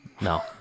No